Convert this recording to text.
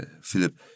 Philip